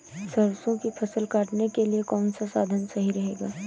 सरसो की फसल काटने के लिए कौन सा साधन सही रहेगा?